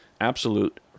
absolute